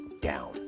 down